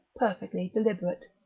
perfectly deliberate,